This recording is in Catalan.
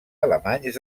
alemanys